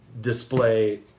display